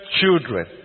children